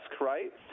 right